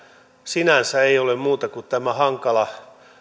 sinänsä ei ole muuta kuin tämä hankala